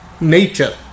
nature